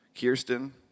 Kirsten